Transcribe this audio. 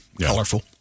colorful